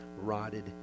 rotted